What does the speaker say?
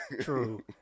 true